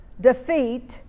defeat